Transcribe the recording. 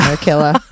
killer